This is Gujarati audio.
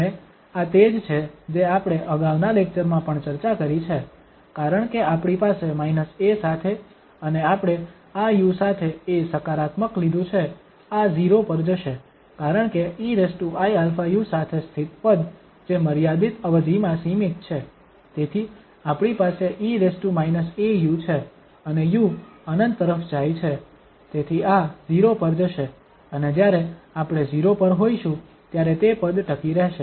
અને આ તે જ છે જે આપણે અગાઉના લેક્ચરમાં પણ ચર્ચા કરી છે કારણકે આપણી પાસે a સાથે અને આપણે આ u સાથે a સકારાત્મક લીધું છે આ 0 પર જશે કારણ કે eiαu સાથે સ્થિત પદ જે મર્યાદિત અવધિમાં સીમિત છે તેથી આપણી પાસે e au છે અને u ∞ તરફ જાય છે તેથી આ 0 પર જશે અને જ્યારે આપણે 0 પર હોઈશું ત્યારે તે પદ ટકી રહેશે